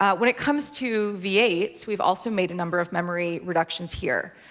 ah when it comes to v eight, we've also made a number of memory reductions here.